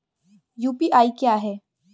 UPI क्या है?